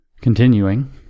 Continuing